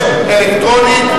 , 180305, אלקטרונית.